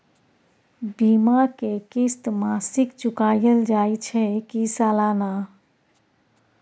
बीमा के किस्त मासिक चुकायल जाए छै की सालाना?